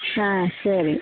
ஆ சரி